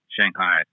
Shanghai